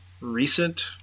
recent